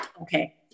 Okay